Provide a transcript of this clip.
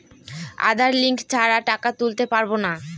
আধার link ছাড়া টাকা তুলতে পারব না?